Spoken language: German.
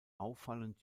auffallend